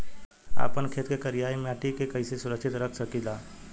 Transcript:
आपन खेत के करियाई माटी के कइसे सुरक्षित रख सकी ला?